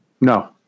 No